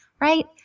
right